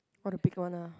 oh the big one ah